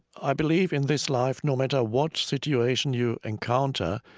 i believe in this life no matter what situation you encounter,